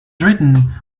written